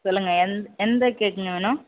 சொல்லுங்கள் எந்த எந்த கேக்குங்க வேணும்